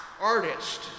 artist